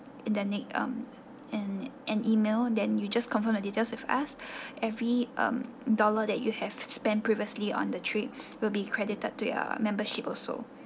in the next um and an email then you just confirm the details with us every um dollar that you have spend previously on the trip will be credited to your membership also